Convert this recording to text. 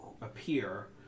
appear